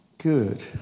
good